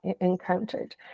encountered